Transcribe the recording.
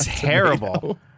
terrible